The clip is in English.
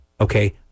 okay